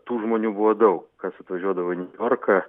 tų žmonių buvo daug kas atvažiuodavo į niujorką